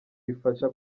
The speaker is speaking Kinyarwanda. rifasha